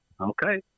Okay